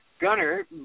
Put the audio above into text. Gunner